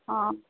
आं